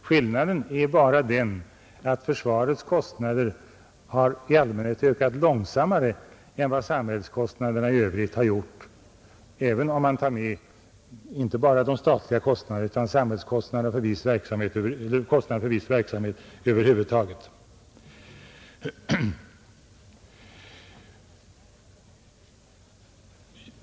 Skillnaden är bara den att försvarets kostnader i allmänhet ökat långsammare än vad kostnaderna i övrigt har gjort, även om man tar med inte bara statliga kostnader utan kostnader över huvud taget.